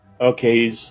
Okay